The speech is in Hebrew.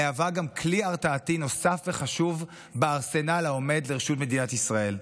גם כלי הרתעתי נוסף וחשוב בארסנל העומד לרשות מדינת ישראל.